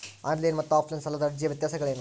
On line ಮತ್ತು offline ಸಾಲದ ಅರ್ಜಿಯ ವ್ಯತ್ಯಾಸಗಳೇನು?